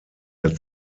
der